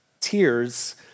tears